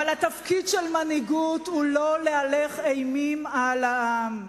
אבל התפקיד של מנהיגות הוא לא להלך אימים על העם.